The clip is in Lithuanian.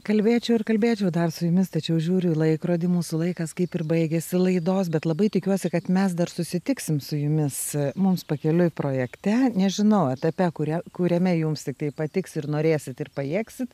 kalbėčiau ir kalbėčiau dar su jumis tačiau žiūriu į laikrodį mūsų laikas kaip ir baigėsi laidos bet labai tikiuosi kad mes dar susitiksim su jumis mums pakeliui projekte nežinau etape kurią kuriame jums tiktai patiks ir norėsit ir pajėgsit